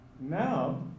Now